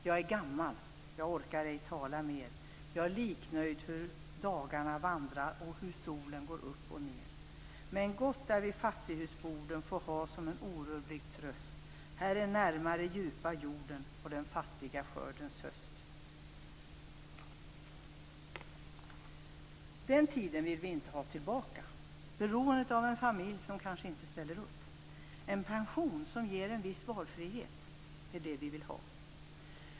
Jag är gammal, jag orkar ej tala mer, jag är liknöjd hur dagarna vandra, och hur solen går upp och ner. Men gott är vid fattighusborden få ha som en orubblig tröst: här är närmare djupa jorden och den fattiga skördens höst. Den tiden vill vi inte ha tillbaka, beroendet av en familj som kanske inte ställer upp. En pension som ger en viss valfrihet är det vi vill ha.